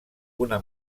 una